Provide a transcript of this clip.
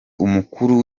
umukuru